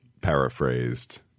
paraphrased